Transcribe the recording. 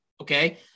Okay